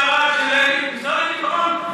משרד הביטחון,